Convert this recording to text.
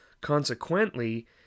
Consequently